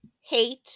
hate